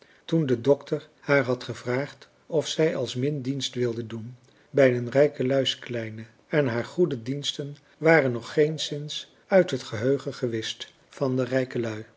toen de dokter haar had gevraagd of zij als min dienst wilde doen bij den rijkeluiskleine en haar goede diensten waren nog geenszins uit het geheugen gewischt van de rijkelui